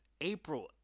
April